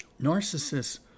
Narcissists